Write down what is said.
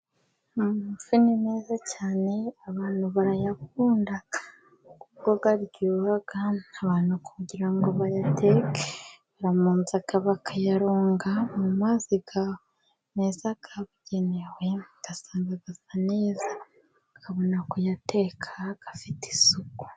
Amafi ni meza cyane abantu barayakunda kuko aryoha, abantu kugira ngo bayateke barabanza bakayaronga mu mazi meza yabugenewe, ugasanga asa neza ukabona kuyateka afite isuku.